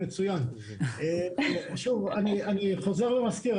שוב אני חוזר ומזכיר,